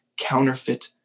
counterfeit